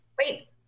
Wait